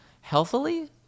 healthily